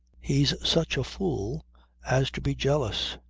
he's such a fool as to be jealous.